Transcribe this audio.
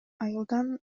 айылдан